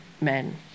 men